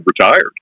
retired